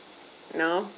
now